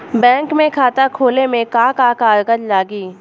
Bank में खाता खोले मे का का कागज लागी?